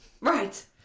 Right